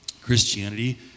Christianity